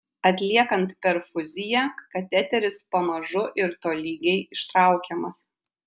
atliekant perfuziją kateteris pamažu ir tolygiai ištraukiamas